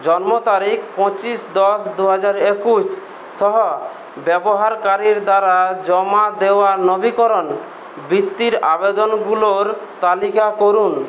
জন্ম তারিখ পঁচিশ দশ দু হাজার একুশ সহ ব্যবহারকারীর দ্বারা জমা দেওয়া নবীকরণ বৃত্তির আবেদনগুলোর তালিকা করুন